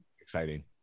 exciting